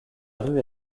rue